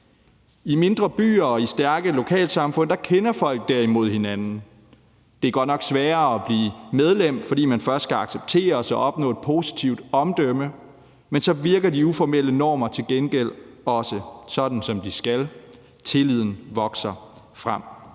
I mindre byer og i stærke lokalsamfund kender folk derimod hinanden. Det er godt nok sværere at blive medlem, fordi man først skal accepteres og opnå et positivt omdømme, men når man bliver det, virker de uformelle normer til gengæld også, sådan som de skal. Tilliden vokser frem.